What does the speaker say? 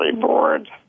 bored